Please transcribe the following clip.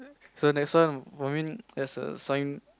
so next one for me there's a sign